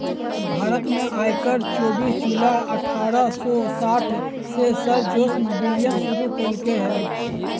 भारत में आयकर चोबीस जुलाई अठारह सौ साठ के सर जेम्स विल्सन शुरू कइल्के हल